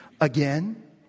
again